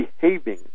behaving